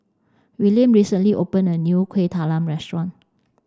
Willaim recently opened a new Kueh Talam Restaurant